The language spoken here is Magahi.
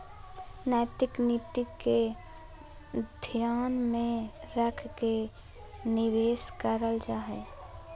नैतिक नीति के ध्यान में रख के निवेश करल जा हइ